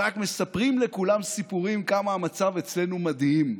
ורק מספרים לכולם סיפורים כמה המצב אצלנו מדהים.